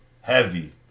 Heavy